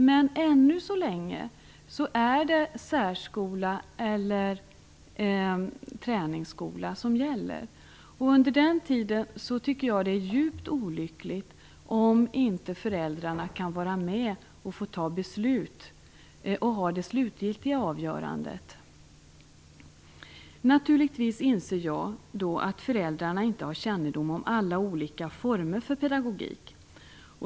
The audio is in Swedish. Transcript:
Men än så länge är det särskola eller träningsskola som gäller. Under den tiden är det djupt olyckligt om föräldrarna inte kan få vara med och fatta beslut och ha det slutgiltiga avgörandet. Naturligtvis inser jag att föräldrarna inte har kännedom om alla olika former av pedagogik.